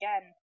again